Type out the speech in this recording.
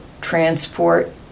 transport